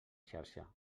xarxa